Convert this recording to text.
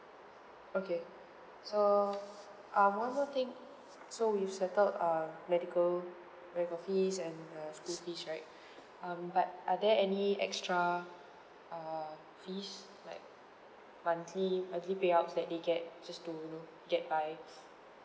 okay so uh one more thing so we've settled uh medical medical fees and the school fees right um but are there any extra err fees like monthly monthly payouts that they get just to you know get by